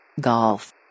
Golf